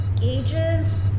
gauges